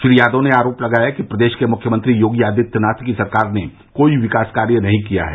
श्री यादव ने आरोप लगाया कि प्रदेश के मुख्यमंत्री योगी आदित्यनाथ की सरकार ने कोई विकास कार्य नहीं किया है